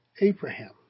Abraham